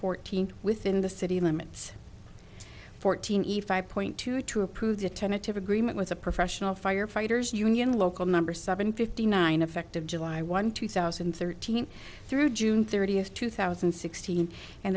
fourteen within the city limits fourteen eve five point two two approved a tentative agreement with the professional firefighters union local number seven fifty nine effective july one two thousand and thirteen through june thirtieth two thousand and sixteen and